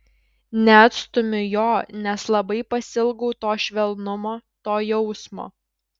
neatstumiu jo nes labai pasiilgau to švelnumo to jausmo